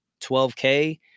12K